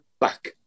back